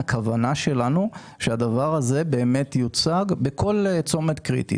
והכוונה שלנו היא שהדבר הזה באמת יוצג בכל צומת קריטי.